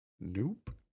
Nope